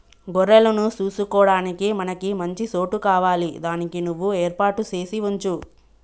గొర్రెలను సూసుకొడానికి మనకి మంచి సోటు కావాలి దానికి నువ్వు ఏర్పాటు సేసి వుంచు